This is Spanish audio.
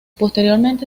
posteriormente